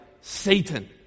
Satan